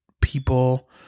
people